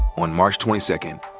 on march twenty second,